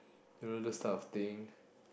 you know those type of thing